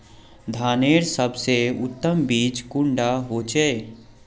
धानेर सबसे उत्तम बीज कुंडा होचए?